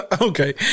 okay